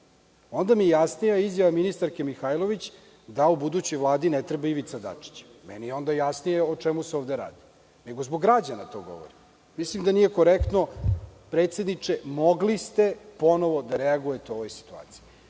onda mi je jasnija izjava ministarke Mihajlović da u budućoj Vladi ne treba Ivica Dačić. Meni je onda jasnije o čemu se ovde radi, nego zbog građana to govorim. Mislim da nije korektno, predsedniče, mogli ste ponovo da reagujete u ovoj situaciji.